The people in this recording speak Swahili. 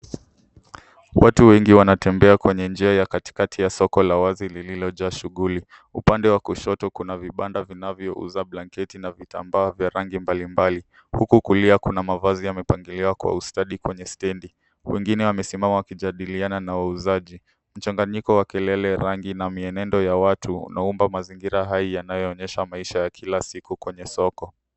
Watu wengi wanatembea kwenye njia ya katikati ya soko la wazi lililojaa shughuli. Upande wa kushoto kuna vibanda vinavyouza blanketi na vitambaa vya rangi mbalimbali huku kulia kuna mavazi yamepangiliwa kwa ustadi kwenye stendi. Wengine wamesimama wakijadiliana na wauzaji. Mchanganyiko wa kelele, rangi na mienendo ya watu unaumba mazingira hai yanayoonesha maisha ya kila siku kwenye soko.